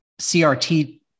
CRT